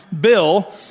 Bill